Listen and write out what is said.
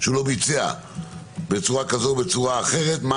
שלא בוצע בצורה כזאת או בצורה אחרת שיקול דעת,